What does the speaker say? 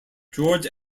george